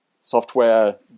software